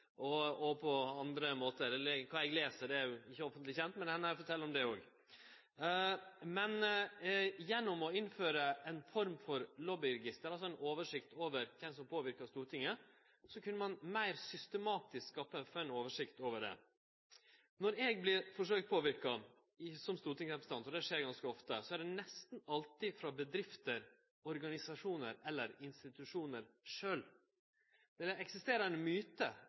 kjent, men det hendar eg fortel om det òg. Gjennom å innføre ei form for lobbyregister, ei oversikt over kven som påverkar Stortinget, kan ein meir systematisk skaffe ei oversikt over det. Når eg vert forsøkt påverka som stortingsrepresentant – og det skjer ganske ofte – er det nesten alltid frå bedrifter, organisasjonar eller institusjonar sjølve. Det eksisterer ein myte,